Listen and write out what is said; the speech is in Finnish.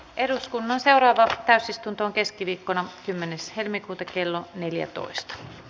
eduskunnan seuraavaan täysistuntoon keskiviikkona kymmenes helmikuuta kello neljätoista